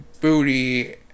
booty